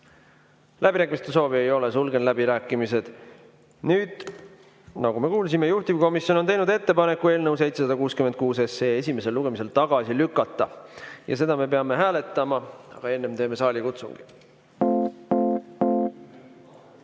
Läbirääkimiste soovi ei ole, sulgen läbirääkimised. Nagu me kuulsime, juhtivkomisjon on teinud ettepaneku eelnõu 766 esimesel lugemisel tagasi lükata ja seda me peame hääletama. Aga enne teeme saalikutsungi. Head